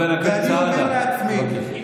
אתה מתכוון לרע"מ?